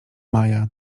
maya